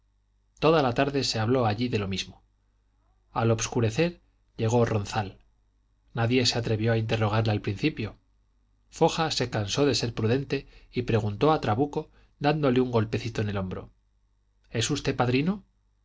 toda la tarde se habló allí de lo mismo al obscurecer llegó ronzal nadie se atrevió a interrogarle al principio foja se cansó de ser prudente y preguntó a trabuco dándole un golpecito en el hombro es usted padrino